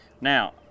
Now